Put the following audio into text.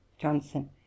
johnson